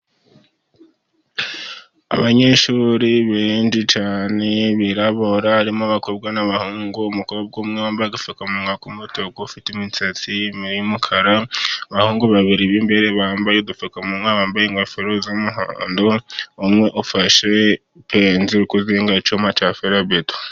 Abanyeshuri benshi cyane birabura; harimo abakobwa n'abahungu, umukobwa umwe wambaye agapfukamunwa ku mutuku, ufite imisatsi w'umukara, abahungu babiri b'imbere bambaye udupfukamunwa, bambaye ingofero z'umuhondo, umwe ufashe ipenzi arikuzinga icyuma cya ferabeto.